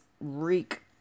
reek